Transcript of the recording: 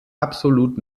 absolut